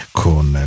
con